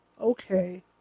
Okay